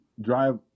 drive